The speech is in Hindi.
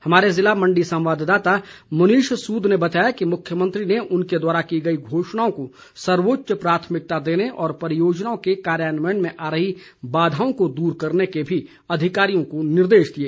हमारे जिला मंडी संवाददाता मुनीष सूद ने बताया कि मुख्यमंत्री ने उनके द्वारा की गई घोषणाओं को सर्वोच्च प्राथमिकता देने और परियोजनाओं के कार्यान्वयन में आ रही बाधाओं को दूर करने के भी अधिकारियों को निर्देश दिए